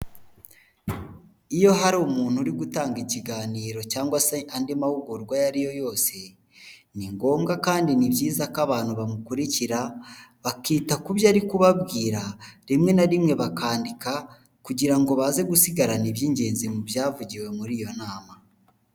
Iyo hari umuntu uri gutanga ikiganiro cyangwa se andi mahugurwa ayo ariyo yose, ni ngombwa kandi ni byiza ko abantu bamukurikira bakita ku byo ari kubabwira rimwe na rimwe bakandika, kugira ngo baze gusigarana iby'ingenzi mu byavugiwe muri iyo nama.